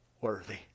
Worthy